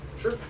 Sure